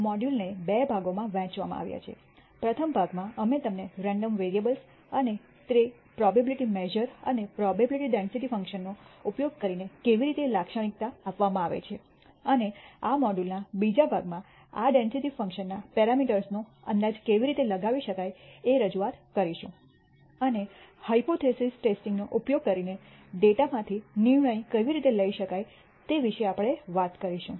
મોડ્યુલને બે ભાગોમાં વહેંચવામાં આવ્યો છે પ્રથમ ભાગમાં અમે તમને રેન્ડમ વેરીએબ્લસ અને તે probability measure and probability density ફંકશનનો ઉપયોગ કરીને કેવી રીતે લાક્ષણિકતા આપવામાં આવે છે અને આ મોડ્યુલ ના બીજા ભાગમાં આ ડેન્સિટી ફંકશનના પેરામીટર્સ નો અંદાજ કેવી રીતે લગાવી શકાય એ રજૂઆત કરીશું અને હાયપોથીસિસ ટેસ્ટિંગ નો ઉપયોગ કરીને ડેટામાંથી નિર્ણય કેવી રીતે લઈ શકાય તે વિશે આપણે વાત કરીશું